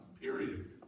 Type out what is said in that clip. period